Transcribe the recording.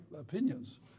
opinions